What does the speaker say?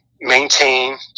maintain